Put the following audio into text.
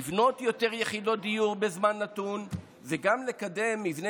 לבנות יותר יחידות דיור בזמן נתון וגם לקדם מבני